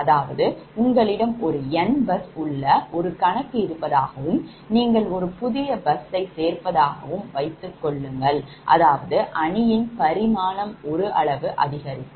அதாவது உங்களிடம் ஒரு n bus உள்ள ஒரு கணக்கு இருப்பதாகவும் நீங்கள் ஒரு புதிய bus ஸ்ஸைச் சேர்ப்பதாகவும் வைத்துக் கொள்ளுங்கள் அதாவது அணியின் பரிமாணம் ஒரு அளவு அதிகரிக்கும்